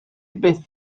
byth